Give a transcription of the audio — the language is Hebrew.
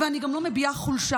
ואני גם לא מביעה חולשה.